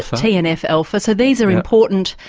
ah tnf alpha so these are important.